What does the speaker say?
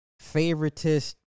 favoritist